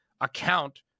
account